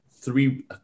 three